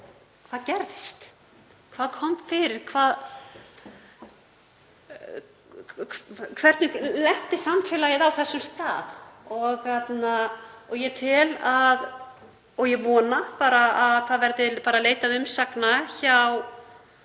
hvað gerðist, hvað kom fyrir. Hvernig lenti samfélagið á þessum stað? Ég vona að það verði leitað umsagna hjá